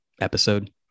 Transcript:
episode